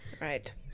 Right